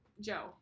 Joe